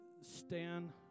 stand